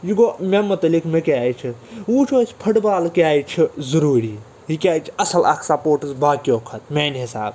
یہِ گوٚو مےٚ مُتعلِق مےٚ کیٛازِ چھِ وۅنۍ وُچھَو أسۍ فُٹ بال کیٛازِ چھِ ضروٗری یہِ کیٛازِ چھِ اَصٕل اَکھ سَپورٹٕس باقِیَو کھۄتہٕ میٛانہِ حِساب